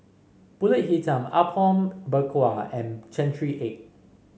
pulut Hitam Apom Berkuah and Century Egg